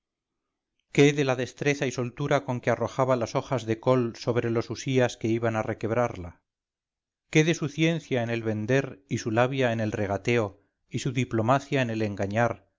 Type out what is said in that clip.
qué de la destreza y soltura con que arrojaba las hojas de col sobre los usías que iban a requebrarla qué de su ciencia en el vender y su labia en el regateo y su diplomacia en el engañar